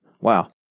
Wow